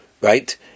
right